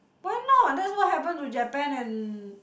why not that's what happened to Japan and